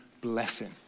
blessing